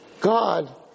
God